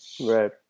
Right